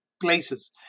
places